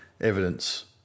evidence